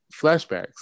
flashbacks